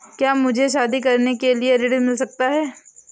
क्या मुझे शादी करने के लिए ऋण मिल सकता है?